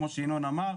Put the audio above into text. כמו שינון אמר,